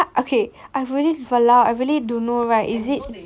ya okay I've really !walao! I really need to know right is it